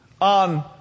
On